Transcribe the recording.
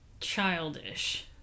childish